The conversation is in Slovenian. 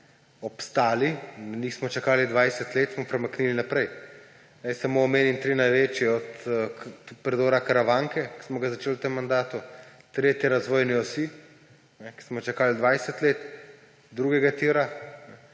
obstali – nismo čakali 20 let – smo premaknili naprej. Naj omenim samo tri največje, od predora Karavanke, ki smo ga začeli v tem mandatu, 3. razvojne osi, ki smo jo čakali 20 let, drugega tira